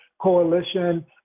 coalition